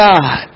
God